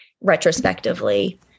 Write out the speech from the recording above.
retrospectively